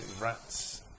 rats